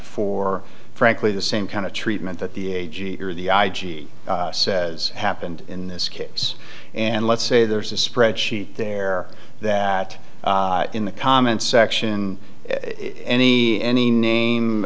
for frankly the same kind of treatment that the a g or the i g says happened in this case and let's say there's a spreadsheet there that in the comment section any any name